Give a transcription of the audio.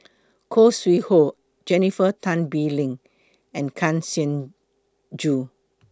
Khoo Sui Hoe Jennifer Tan Bee Leng and Kang Siong Joo